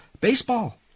baseball